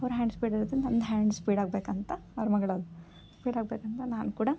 ಅವ್ರ hand speed ಇರೋದರಿಂದ ನಂದು ಹ್ಯಾಂಡ್ ಸ್ಪೀಡ್ ಆಗಬೇಕಂತ ಅವ್ರ ಮಗಳು ಸ್ಪೀಡ್ ಆಗಬೇಕಂತ ನಾನು ಕೂಡ